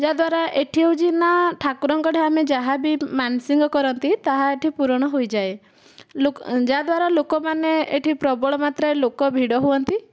ଯାହାଦ୍ୱାରା ଏଠି ହେଉଛି ନା ଠାକୁରଙ୍କ ଠୁ ଆମେ ଯାହା ବି ମାନସିକ କରନ୍ତି ତାହା ଏଠି ପୂରଣ ହୋଇଯାଏ ଯାହାଦ୍ୱାରା ଲୋକମାନେ ଏଠି ପ୍ରବଳ ମାତ୍ରାରେ ଲୋକ ଭିଡ଼ ହୁଅନ୍ତି